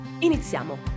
Iniziamo